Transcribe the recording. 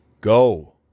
go